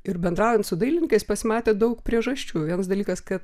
ir bendraujant su dailininkais pasimatė daug priežasčių viens dalykas kad